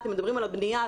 אתם מדברים על הבנייה,